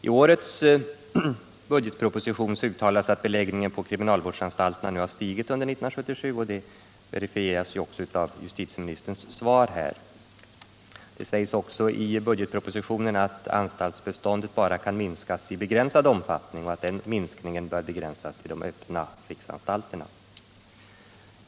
I årets budgetproposition uttalas att beläggningen på kriminalvårdsanstalterna har stigit under 1977, och det verifieras också av justitieministerns svar. Det sägs också i budgetpropositionen att anstaltsbeståndet bara kan minskas i begränsad omfattning och att den minskningen bör begränsas till de öppna riksanstalterna.